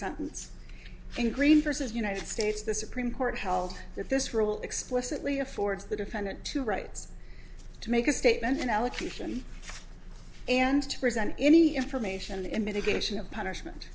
sentence in green versus united states the supreme court held that this rule explicitly affords the defendant to rights to make a statement an allocution and to present any information in mitigation of punishment